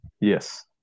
Yes